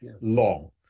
long